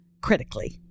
critically